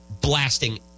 blasting